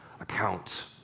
account